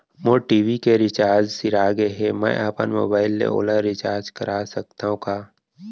मोर TV के recharge सिरा गे हे, मैं अपन मोबाइल ले ओला रिचार्ज करा सकथव का?